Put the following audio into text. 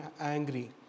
angry